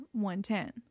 110